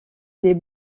des